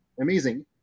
amazing